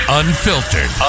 unfiltered